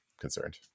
concerned